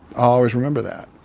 always remember that.